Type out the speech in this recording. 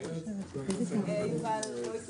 הישיבה ננעלה